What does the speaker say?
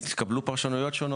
אנחנו בסוף מושב ואין לי זמן.